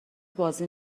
بازی